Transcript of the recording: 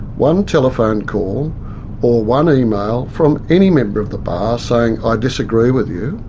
one telephone call or one email from any member of the bar saying i disagree with you.